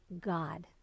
God